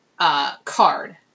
card